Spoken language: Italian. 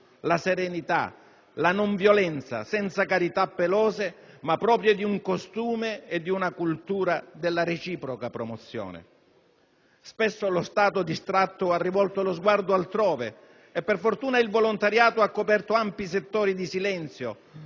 la serenità, la non violenza, senza carità pelose, ma proprie di un costume e di una cultura della reciproca promozione. Spesso lo Stato distratto ha rivolto lo sguardo altrove e per fortuna il volontariato ha coperto ampi settori di silenzio